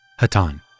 Hatan